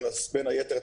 בין היתר,